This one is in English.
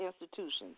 institutions